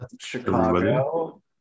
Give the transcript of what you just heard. Chicago